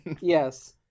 yes